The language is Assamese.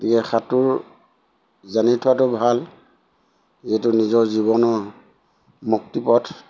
গতিকে সাঁতোৰ জানি থোৱাটো ভাল যিহেতু নিজৰ জীৱনৰ মুক্তিপথ